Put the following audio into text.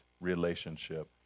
relationship